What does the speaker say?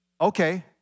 Okay